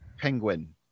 penguin